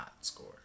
score